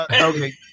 Okay